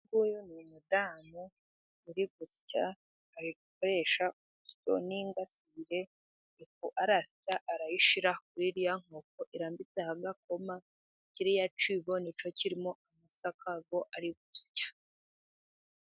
Uyu ni umudamu uri gusya. Ari gukoresha urusyo n'ingasire, ifu arasya arayishira kuri kiriya nkoko, irambitseho agakoma, kiriya kibo ni cyo kirimo amasaka yo ari gusya.